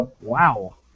Wow